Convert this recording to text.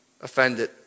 offended